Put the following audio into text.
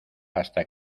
hasta